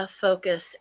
focus